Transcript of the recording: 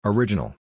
Original